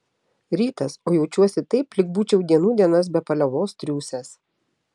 rytas o jaučiuosi taip lyg būčiau dienų dienas be paliovos triūsęs